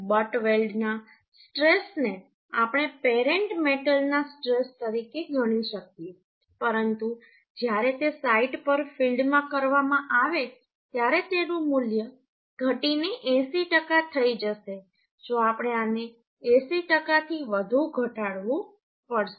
but વેલ્ડના સ્ટ્રેસને આપણે પેરેન્ટ મેટલના સ્ટ્રેસ તરીકે ગણી શકીએ પરંતુ જ્યારે તે સાઇટ પર ફિલ્ડમાં કરવામાં આવે ત્યારે તેનું મૂલ્ય ઘટીને 80 ટકા થઈ જશે જો આપણે આને 80 ટકાથી વધુ ઘટાડવું પડશે